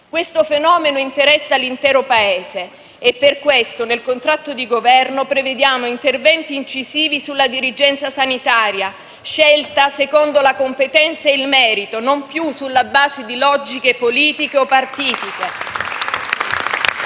Questo fenomeno interessa l'intero Paese e per questo nel contratto di Governo prevediamo interventi incisivi sulla dirigenza sanitaria, scelta secondo la competenza e il merito e non più sulla base di logiche politiche o partitiche